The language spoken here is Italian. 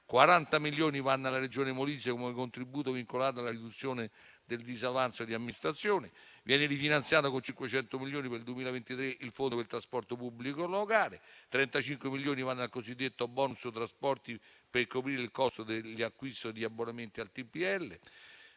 milioni vanno alla Regione Molise come contributo vincolato alla riduzione del disavanzo di amministrazione. Viene rifinanziato con 500 milioni per il 2023 il fondo per il trasporto pubblico locale; 35 milioni vanno al cosiddetto bonus trasporti per coprire il costo dell'acquisto di abbonamenti al